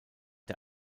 der